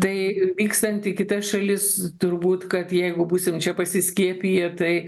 tai vykstant į kitas šalis turbūt kad jeigu būsim čia pasiskiepiję tai